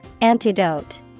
Antidote